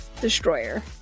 destroyer